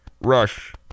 rush